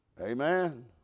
Amen